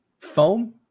Foam